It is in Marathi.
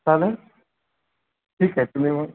चालेल ठीक आहे तुम्ही मग